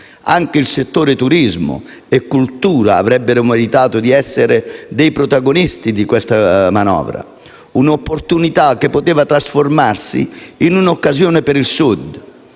Anche i settori turismo e cultura avrebbero meritato di essere protagonisti di questa manovra; un'opportunità che avrebbe potuto trasformarsi in un'occasione per il Sud,